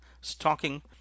stalking